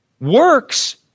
Works